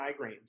migraines